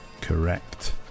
Correct